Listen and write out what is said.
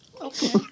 okay